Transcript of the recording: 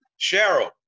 Cheryl